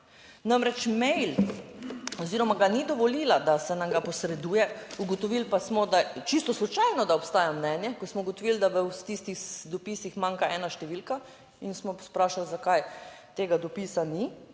Namreč mail oziroma ga ni dovolila, da se nam ga posreduje, ugotovili pa smo, da je, čisto slučajno, da obstaja mnenje, ko smo ugotovili, da v tistih dopisih manjka ena številka in smo vprašali, zakaj tega dopisa ni,